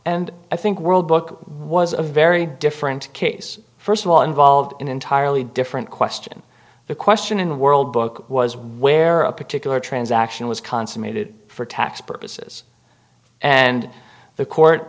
and i think world book was a very different case first of all involved in an entirely different question the question in the world book was where a particular transaction was consummated for tax purposes and the court